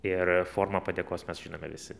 ir formą padėkos mes žinome visi